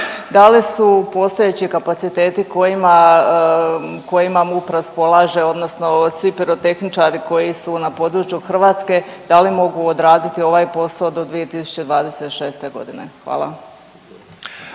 Da li su postojeći kapaciteti kojima MUP raspolaže, odnosno svi pirotehničari koji su na području Hrvatske, da li mogu odraditi ovaj posao do 2026. g.? Hvala.